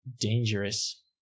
dangerous